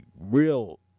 real